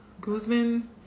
Guzman